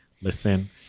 Listen